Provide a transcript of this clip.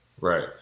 Right